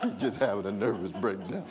just having a nervous breakdown.